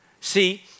See